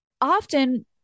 often